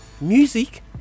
music